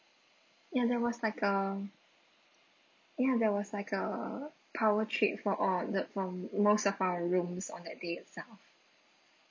ya there was like a ya there was like a power trip for all the for most of our room on that day itself